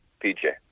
PJ